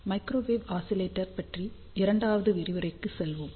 microwave oscillator பற்றிய இரண்டாவது விரிவுரைக்கு செல்வோம்